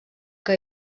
que